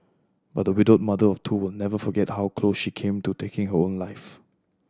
but the widowed mother of two will never forget how close she came to taking her own life